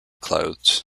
clothes